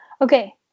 Okay